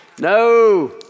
no